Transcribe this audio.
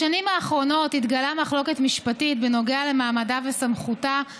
בשנים האחרונות התגלעה מחלוקת משפטית בנוגע למעמדה של